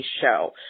show